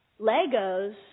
Legos